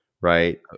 right